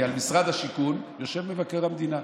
כי על משרד השיכון יושב מבקר המדינה,